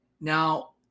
Now